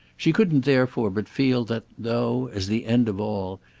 she couldn't therefore but feel that, though, as the end of all,